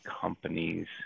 companies